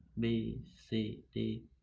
b c d